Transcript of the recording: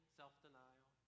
self-denial